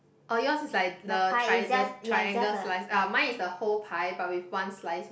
orh yours is like the tri~ the triangle slice ah mine is the whole pie but with one slice meat